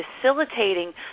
facilitating